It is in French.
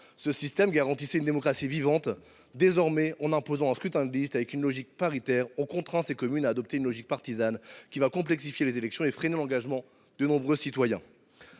Ce système garantissait une démocratie vivante. Désormais, en imposant un scrutin de liste avec une logique paritaire, on contraint ces communes à adopter une logique partisane qui va complexifier les élections et freiner l’engagement de nombreux citoyens.